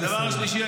דבר שלישי,